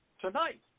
tonight